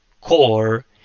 core